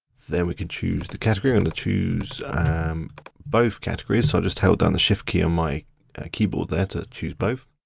there we can choose the category, i'm gonna choose both categories, so i just held down the shift key on my keyboard there to choose both.